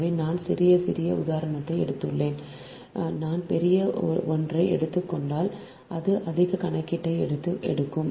எனவே நான் சிறிய சிறிய உதாரணத்தை எடுத்துள்ளேன் நான் பெரிய ஒன்றை எடுத்துக் கொண்டால் அது அதிக கணக்கீட்டை எடுக்கும்